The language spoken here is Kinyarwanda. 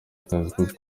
akazi